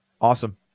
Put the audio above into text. Awesome